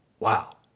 Wow